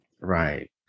Right